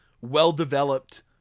well-developed